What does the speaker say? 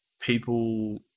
people